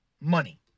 Money